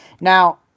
now